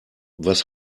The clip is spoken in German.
was